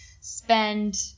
spend